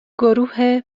گروه